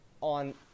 on